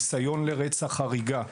ניסיון לרצח והריגה.